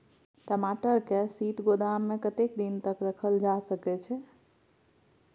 टमाटर के शीत गोदाम में कतेक दिन तक रखल जा सकय छैय?